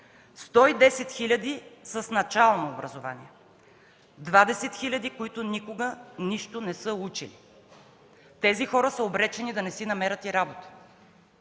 110 хиляди – с начално образование, 20 хиляди, които никога и нищо не са учили. Тези хора са обречени да не си намерят и работа.